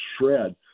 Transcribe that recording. shred